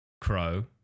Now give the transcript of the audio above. Crow